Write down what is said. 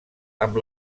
amb